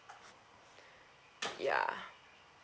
ya